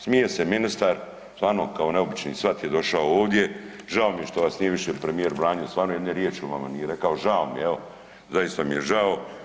Smije se ministar, stvarno kao neobični svat je došao ovdje, žao mi je što vas nije više premijer branio, stvarno jedne riječi o vama nije rekao, žao mi je evo zaista mi je žao.